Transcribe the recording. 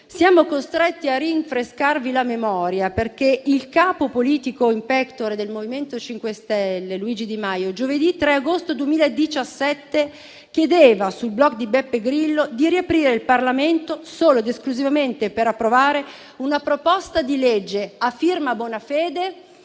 Siamo costretti a rinfrescarvi la memoria, perché il capo politico *in pectore* del MoVimento 5 Stelle, Luigi Di Maio, giovedì 3 agosto 2017 chiedeva, sul *blog* di Beppe Grillo, di riaprire il Parlamento solo ed esclusivamente per approvare una proposta di legge a firma Bonafede,